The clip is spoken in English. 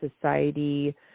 society